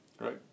right